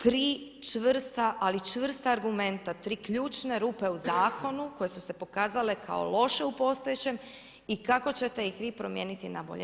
Tri čvrsta, ali čvrsta argumenta, tri ključne rupe u zakonu koje su se pokazale kao loše u postojećem i kako ćete ih vi promijeniti na bolje.